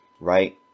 right